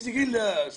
איזה גיל?